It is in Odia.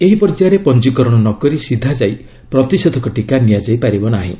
ଏହି ପର୍ଯ୍ୟାୟରେ ପଞ୍ଜିକରଣ ନ କରି ସିଧା ଯାଇ ପ୍ରତିଷେଧକ ଟିକା ନିଆଯାଇ ପାରିବ ନାହିଁ